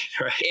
Right